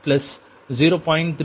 3846 V1 plus 0